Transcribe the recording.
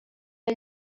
era